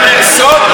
בגלל שאתה שומר סוד?